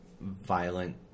violent